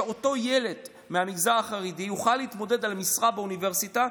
שאותו ילד מהמגזר החרדי יוכל להתמודד על משרה באוניברסיטה,